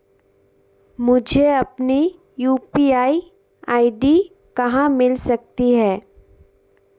मुझे अपनी UPI ID कहां मिल सकती है?